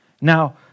Now